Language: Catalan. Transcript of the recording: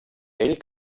ell